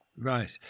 right